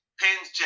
pins